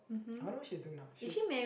I wonder what she's doing now she's